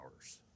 hours